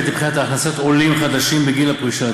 לבחינת הכנסות עולים חדשים בגיל הפרישה,